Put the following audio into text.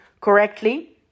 correctly